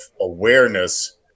awareness